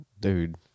dude